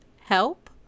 help